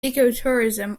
ecotourism